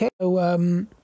Okay